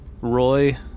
Roy